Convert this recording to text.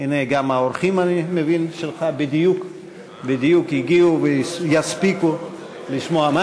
הנה גם האורחים שלך בדיוק הגיעו ויספיקו לשמוע.